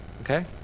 okay